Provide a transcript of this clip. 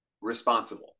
responsible